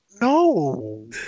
No